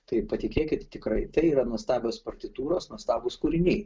tai patikėkit tikrai tai yra nuostabios partitūros nuostabūs kūriniai